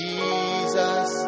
Jesus